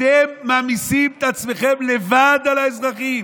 אתם ממאיסים את עצמכם לבד על האזרחים.